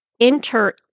enter